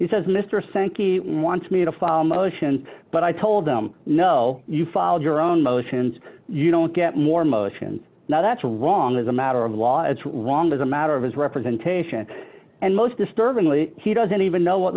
he says mr sankey wants me to follow motions but i told them no you filed your own motions you don't get more motions now that's wrong as a matter of law it's wrong as a matter of his representation and most disturbingly he doesn't even know what